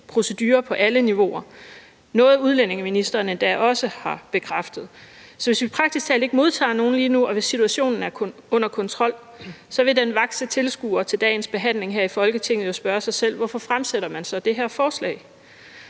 covid-19-procedurer på alle niveauer – noget, udlændingeministeren endda også har bekræftet. Så hvis vi praktisk talt ikke modtager nogen lige nu, og hvis situationen er under kontrol, vil den vakse tilskuer til dagens behandling her i Folketinget jo spørge sig selv, hvorfor man så fremsætter det her forslag.